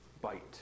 Bite